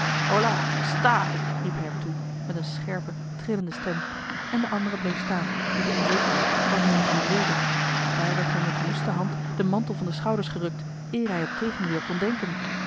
holà sta riep hij hem toe met eene scherpe trillende stem en de andere bleef staan in de onzekerheid wat men van hem wilde daar werd hem met woeste hand den mantel van de schouders gerukt eer hij op tegenweer kon denken